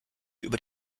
über